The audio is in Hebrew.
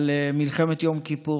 על מלחמת יום כיפור,